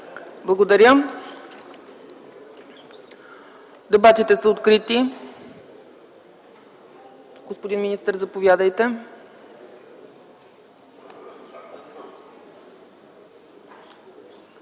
Благодаря. Дебатите са открити. Господин министър, заповядайте.